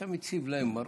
אתה מציב להם מראות.